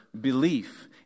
belief